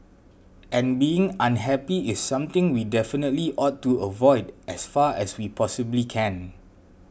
and being unhappy is something we definitely ought to avoid as far as we possibly can